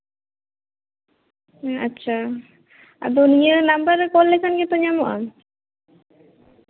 ᱟᱪᱪᱷᱟ ᱱᱤᱭᱟᱹ ᱱᱟᱢᱵᱟᱨᱨᱮ ᱠᱚᱞ ᱞᱮᱠᱷᱟᱱ ᱜᱮᱛᱚ ᱧᱟᱢᱚᱜᱼᱟ